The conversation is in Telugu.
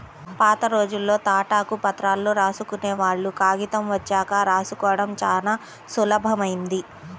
పాతరోజుల్లో తాటాకు ప్రతుల్లో రాసుకునేవాళ్ళు, కాగితం వచ్చాక రాసుకోడం చానా సులభమైంది